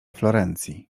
florencji